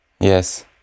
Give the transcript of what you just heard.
Yes